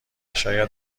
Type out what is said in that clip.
شاید